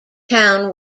town